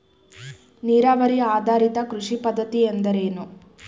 ನೀರಾವರಿ ಆಧಾರಿತ ಕೃಷಿ ಪದ್ಧತಿ ಎಂದರೇನು?